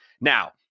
Now